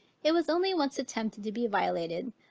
it was only once attempted to be violated,